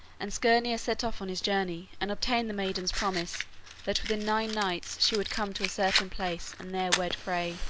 and skirnir set off on his journey and obtained the maiden's promise that within nine nights she would come to a certain place and there wed frey.